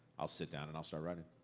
i'll sit down and i'll start writing.